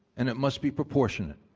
and it must be proportionate.